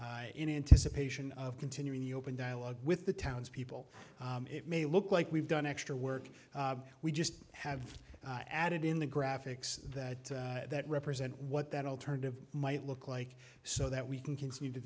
in anticipation of continuing the open dialogue with the townspeople it may look like we've done extra work we just have added in the graphics that that represent what that alternative might look like so that we can continue t